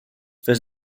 fes